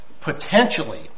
potentially